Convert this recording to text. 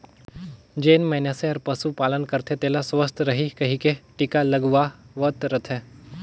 जेन मइनसे हर पसु पालन करथे तेला सुवस्थ रहें कहिके टिका लगवावत रथे